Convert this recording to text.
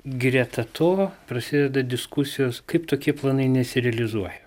greta to prasideda diskusijos kaip tokie planai nesirealizuoja